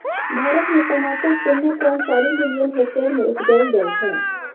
भारत मे तमाकुल शुन्ना पॉइंट चारि मिलियन हेक्टेयर मे उपजाएल जाइ छै